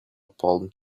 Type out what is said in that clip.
palm